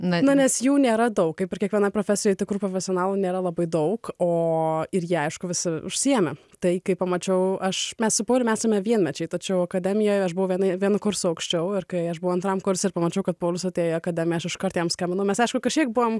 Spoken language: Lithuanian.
na nes jų nėra daug kaip ir kiekvienoj profesijoj tikrų profesionalų nėra labai daug o ir jie aišku visi užsiėmę tai kai pamačiau aš mes su pauliumi esame vienmečiai tačiau akademijoje aš buvau vienoje vienu kursu aukščiau ir kai aš buvau antram kurse ir pamačiau kad paulius atėjo į akademiją aš iškart jam skambinau mes aišku kažkiek buvom